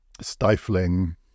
stifling